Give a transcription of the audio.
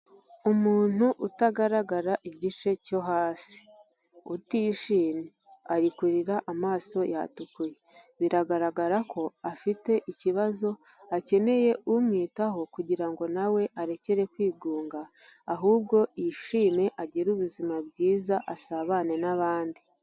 Umuntu utagaragara igice cyo hasi, utishimye, ari kurira amaso yatukuye, biragaragara ko afite ikibazo akeneye umwitaho kugira ngo na we arekere kwigunga, ahubwo yishime agire ubuzima bwiza asabane n'abandi.